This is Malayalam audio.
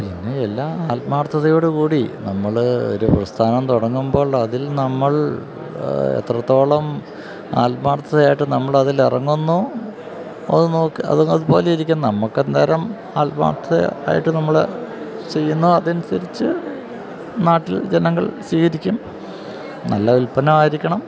പിന്നെ എല്ലാ ആത്മാർത്ഥതയോടും കൂടി നമ്മളൊരു പ്രസ്ഥാനം തുടങ്ങുമ്പോൾ അതിൽ നമ്മൾ എത്രത്തോളം ആത്മാർത്ഥമായിട്ട് നമ്മള് അതിലിറങ്ങുന്നു അത് അതുപോലെയിരിക്കും നമുക്കെന്തുമാത്രം ആത്മാർത്ഥമായിട്ട് നമ്മള് ചെയ്യുന്നു അതനുസരിച്ച് നാട്ടിൽ ജനങ്ങൾ സ്വീകരിക്കും നല്ല ഉൽപ്പന്നമായിരിക്കണം